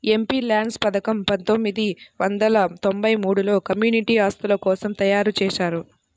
MPLADS పథకం పందొమ్మిది వందల తొంబై మూడులో కమ్యూనిటీ ఆస్తుల కోసం తయ్యారుజేశారు